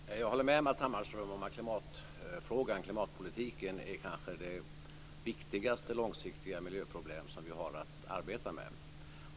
Fru talman! Jag håller med Matz Hammarström om att klimatfrågan, klimatpolitiken kanske är det viktigaste långsiktiga miljöproblem vi har att arbeta med.